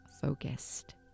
focused